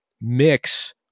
mix